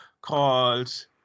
called